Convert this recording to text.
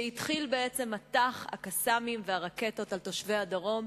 כשהתחיל מטח ה"קסאמים" והרקטות על תושבי הדרום,